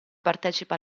partecipa